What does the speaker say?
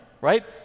right